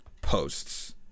posts